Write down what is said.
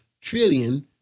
trillion